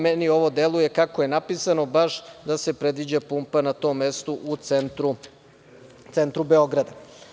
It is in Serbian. Meni ovo deluje kako je napisano, baš da se predviđa pumpa na tom mestu u centru Beograda.